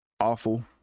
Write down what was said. awful